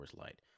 Light